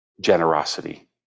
generosity